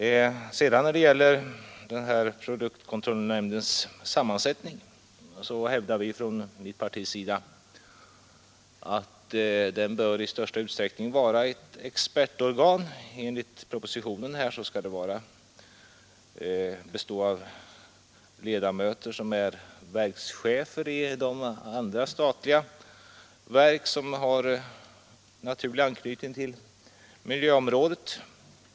När det sedan gäller sammansättningen av produktkontrollnämnden hävdar vi i moderata samlingspartiet att den i största möjliga utsträckning bör vara ett expertorgan. Enligt propositionen skall den bestå av ledamöter som är verkschefer i de andra statliga verk som har naturlig anknytning till miljöområdet.